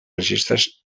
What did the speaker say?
registres